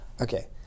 Okay